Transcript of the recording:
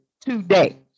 today